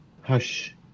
hush